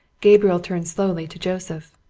gabriel turned slowly to joseph.